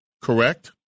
correct